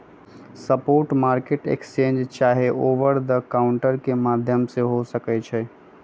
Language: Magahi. स्पॉट मार्केट एक्सचेंज चाहे ओवर द काउंटर के माध्यम से हो सकइ छइ